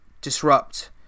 disrupt